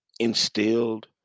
Instilled